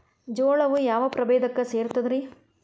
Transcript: ಜೋಳವು ಯಾವ ಪ್ರಭೇದಕ್ಕ ಸೇರ್ತದ ರೇ?